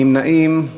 נמנעים,